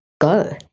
go